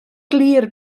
glir